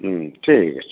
হ্যাঁ ঠিক আছে